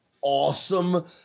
awesome